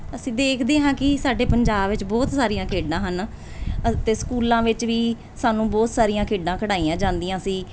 ਅਸੀਂ ਦੇਖਦੇ ਹਾਂ ਕਿ ਸਾਡੇ ਪੰਜਾਬ ਵਿੱਚ ਬਹੁਤ ਸਾਰੀਆਂ ਖੇਡਾਂ ਹਨ ਅਤੇ ਸਕੂਲਾਂ ਵਿੱਚ ਵੀ ਸਾਨੂੰ ਬਹੁਤ ਸਾਰੀਆਂ ਖੇਡਾਂ ਖੇਡਾਈਆਂ ਜਾਂਦੀਆਂ ਸੀ